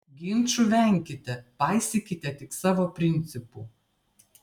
ginčų venkite paisykite tik savo principų